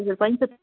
हजुर पाइन्छ